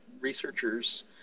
researchers